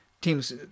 teams